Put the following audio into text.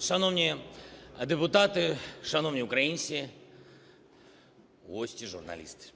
Шановні депутати, шановні українці, гості, журналісти!